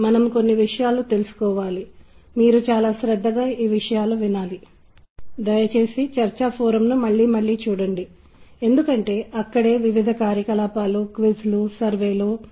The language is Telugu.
మీరు కొన్ని బ్రాండ్లకు వెళితే ఇది చాలా సాధారణ అనుభవం చెప్పడానికి పిజ్జా హట్ లేదా డొమినోలు లేదా కొన్ని సబ్వేలు వంటివి చాలా సందర్భాలలో మీరు సంగీతాన్ని వాయించ బడడము కనుగొంటారు